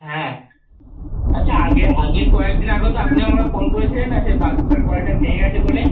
হ্যাঁ আচ্ছা আগে আগের কয়েকদিন আগেও তো আপনি আমাকে ফোন করেছিলেন না সেই বাথরুমের কলটা ভেঙে গেছে বলে